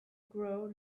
grow